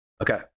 Okay